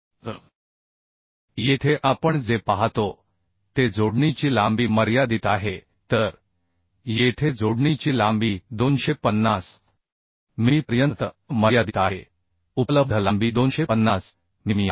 तर येथे आपण जे पाहतो ते जोडणीची लांबी मर्यादित आहे तर येथे जोडणीची लांबी 250 मिमी पर्यंत मर्यादित आहे उपलब्ध लांबी 250 मिमी आहे